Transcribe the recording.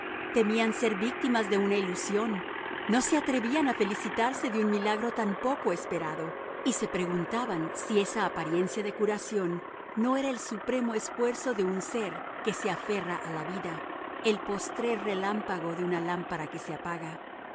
temían ser víctimas de una ilusión no se atrevían a felicitarse de un milagro tan poco esperado y se preguntaban si esa apariencia de curación no era el supremo esfuerzo de un ser que se aferra a la vida el postrer relámpago de una lámpara que se apaga